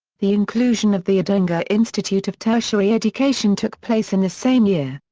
the inclusion of the wodonga institute of tertiary education took place in the same year.